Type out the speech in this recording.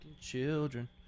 Children